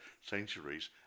centuries